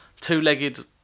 two-legged